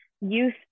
youth